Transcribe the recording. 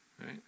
right